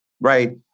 Right